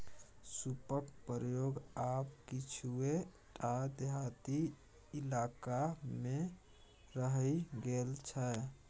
सूपक प्रयोग आब किछुए टा देहाती इलाकामे रहि गेल छै